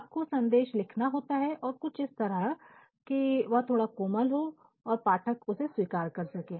आपको संदेश लिखना होता है कुछ इस तरह कि वह थोड़ा कोमल हो और पाठक उसे स्वीकार कर सकें